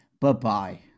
Bye-bye